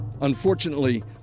unfortunately